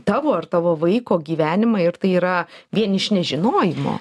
tavo ar tavo vaiko gyvenimą ir tai yra vien iš nežinojimo